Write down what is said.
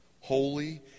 holy